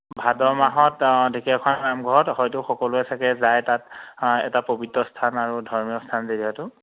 ভাদ মাহত ঢেকীয়াখোৱা নামঘৰত হয়তো সকলোৱে চাগৈ যায় তাত এটা পৱিত্ৰ স্থান আৰু ধৰ্মীয় স্থান জেগাটো